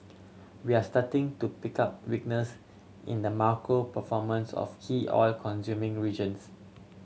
we are starting to pick up weakness in the macro performance of key oil consuming regions